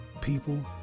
people